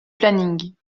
planning